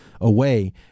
away